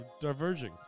diverging